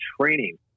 training